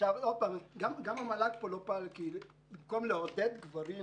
גם המל"ג פה לא פעל כי במקום לעודד גברים